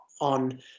on